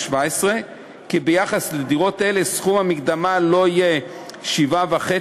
כי ביחס לדירות אלה סכום המקדמה לא יהיה 7.5%,